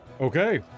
Okay